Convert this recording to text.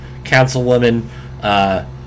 councilwoman